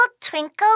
twinkle